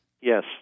Yes